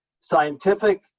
scientific